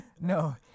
No